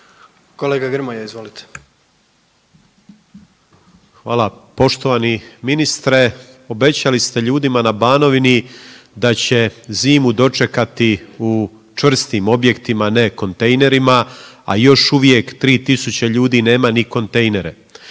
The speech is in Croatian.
**Grmoja, Nikola (MOST)** Hvala. Poštovani ministre obećali ste ljudima na Banovini da će zimu dočekati čvrstim objektima, ne kontejnerima, a još uvijek 3000 ljudi nema ni kontejnere.